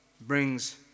brings